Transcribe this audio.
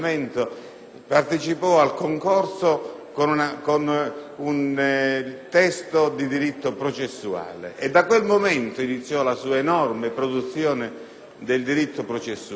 partecipò al concorso con un testo di diritto processuale. Da quel momento iniziò la sua enorme produzione di diritto processuale,